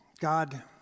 God